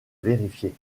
vérifier